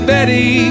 Betty